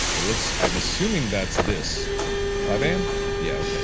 let's unassuming that's this five am yeah